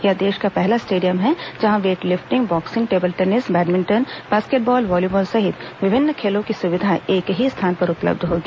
यह देश का पहला स्टेडियम है जहां weightlifting boxing table tennis badminton basketball volleyball सहित विभिन्न खेलों की सुविधाएं एक ही स्थान पर उपलब्ध होंगी